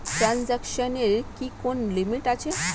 ট্রানজেকশনের কি কোন লিমিট আছে?